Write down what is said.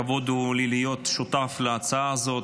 כבוד הוא לי להיות שותף להצעה הזאת.